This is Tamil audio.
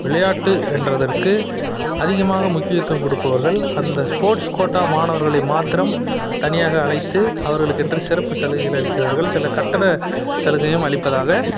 விளையாட்டு என்பதற்கு அதிகமாக முக்கியத்துவம் கொடுப்பவர்கள் அந்த ஸ்போட்ஸ் கோட்டா மாணவர்களை மாத்திரம் தனியாக அழைத்து அவர்களுக்கென்று சிறப்பு சலுகைகள் அளிக்கிறார்கள் சில கட்டண சலுகையும் அளிப்பதாக